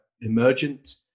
emergent